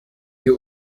ihr